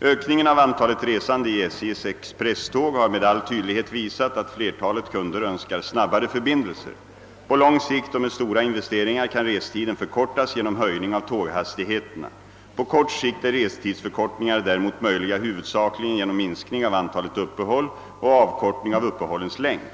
Ökningen av antalet resande i SJ:s expresståg har med all tydlighet visat att flertalet kunder önskar snabbare förbindelser. På lång sikt och med stora investeringar kan restiden förkortas genom höjning av tåghastigheterna. På kort sikt är restidsförkortningar däremot möjliga huvudsakligen genom minskning av antalet uppehåll och avkortning av uppehållens längd.